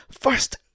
First